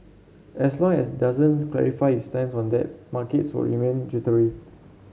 as long as it doesn't clarify its stance on that markets will remain jittery